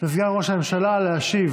וסגן ראש הממשלה חבר הכנסת גדעון סער להשיב